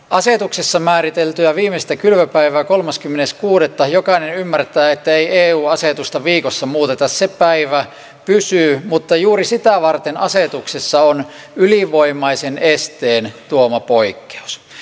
asetuksessa määriteltyyn viimeiseen kylvöpäivään kolmaskymmenes kuudetta jokainen ymmärtää että ei eu asetusta viikossa muuteta se päivä pysyy mutta juuri sitä varten asetuksessa on ylivoimaisen esteen tuoma poikkeus